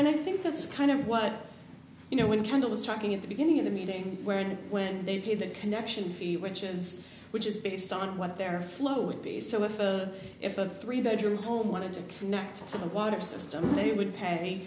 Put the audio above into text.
and i think that's kind of what you know when cantor was talking at the beginning of the meeting where and when they've made that connection fee which is which is based on what their float would be so if if a three bedroom home wanted to connect to the water system they would pay